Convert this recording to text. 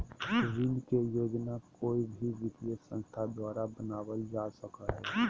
ऋण के योजना कोय भी वित्तीय संस्था द्वारा बनावल जा सको हय